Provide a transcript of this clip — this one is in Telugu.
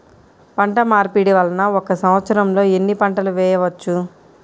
పంటమార్పిడి వలన ఒక్క సంవత్సరంలో ఎన్ని పంటలు వేయవచ్చు?